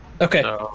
Okay